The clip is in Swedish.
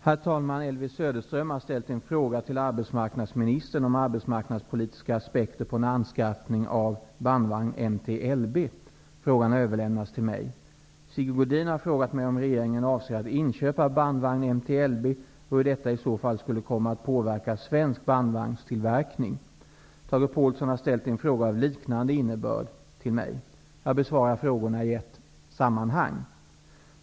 Herr talman! Elvy Söderström har ställt en fråga till arbetsmarknadsministern om arbetsmarknadspolitiska aspekter på en anskaffning av bandvagn MT-LB. Frågan har överlämnats till mig. Sigge Godin har frågat mig om regeringen avser att inköpa bandvagn MT-LB och hur detta i så fall skulle komma att påverka svensk bandvagnstillverkning. Tage Påhlsson har ställt en fråga av liknande innebörd till mig. Jag besvarar frågorna i ett sammanhang.